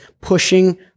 pushing